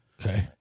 Okay